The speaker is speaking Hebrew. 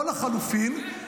או לחלופין,